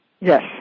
Yes